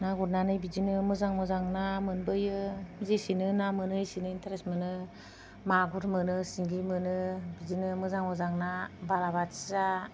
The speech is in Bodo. ना गुरनानै बिदिनो मोजां मोजां ना मोनबोयो जेसेनो ना मोनो एसेनो इनटारेस्ट मोनो मागुर मोनो सिंगि मोनो बिदिनो मोजां मोजां ना बाला बाथिया